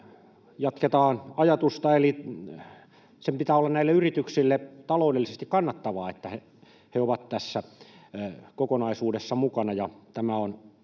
jatketaan ajatusta, eli sen pitää olla näille yrityksille taloudellisesti kannattavaa, että ne ovat tässä kokonaisuudessa mukana.